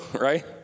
right